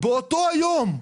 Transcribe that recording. באותו היום.